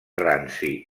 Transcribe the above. ranci